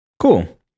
Cool